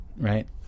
right